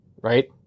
right